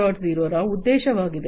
0 ರ ಉದ್ದೇಶವಾಗಿದೆ